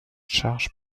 charges